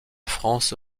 france